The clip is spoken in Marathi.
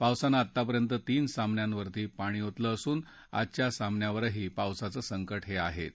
पावसानं आतापर्यंत तीन सामन्यांवर पाणी ओतलं असून आजच्या सामन्यावरही पावसाचं संकट आहेच